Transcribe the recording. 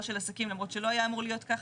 של עסקים למרות שלא היה אמור להיות ככה.